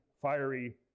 fiery